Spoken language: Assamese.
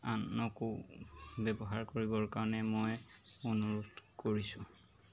আনকো ব্যৱহাৰ কৰিবৰ কাৰণে মই অনুৰোধ কৰিছোঁ